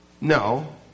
No